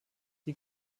die